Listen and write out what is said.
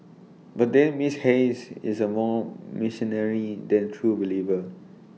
but then miss Hayes is A more mercenary than A true believer